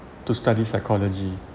to study psychology